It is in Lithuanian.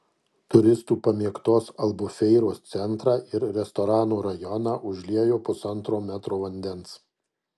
turistų pamėgtos albufeiros centrą ir restoranų rajoną užliejo pusantro metro vandens